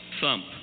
thump